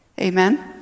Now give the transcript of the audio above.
amen